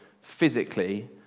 physically